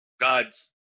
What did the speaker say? Gods